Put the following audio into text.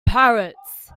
parrots